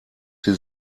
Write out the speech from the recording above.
sie